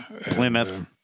Plymouth